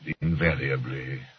Invariably